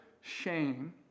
shame